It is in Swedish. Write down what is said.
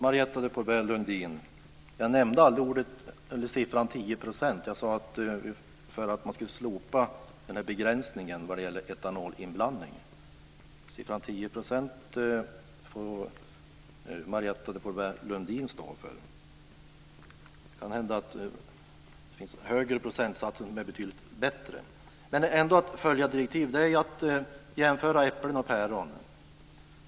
Fru talman! Jag nämnde aldrig siffran 10 %, Marietta de Pourbaix-Lundin. Jag sade att man ska slopa begränsningen vad gäller etanolinblandningen. Siffran 10 % får Marietta de Pourbaix-Lundin stå för. Det kan hända att det finns högre procentsatser som är betydligt bättre. Men detta är ju att jämföra äpplen och päron.